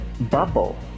bubble